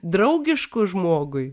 draugišku žmogui